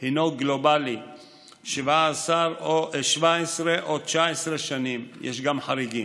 הינו גלובלי, 17 או 19 שנים, יש גם חריגים.